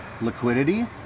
Liquidity